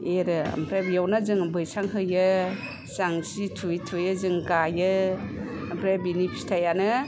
एरो ओमफ्राय बेवनो जोङो बैसां होयो जांसि थुयै थुयै जों गाइयो ओमफ्राय बिनि फिथाइआनो